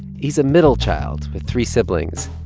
he's a middle child with three siblings,